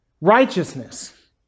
Righteousness